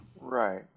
Right